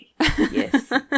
Yes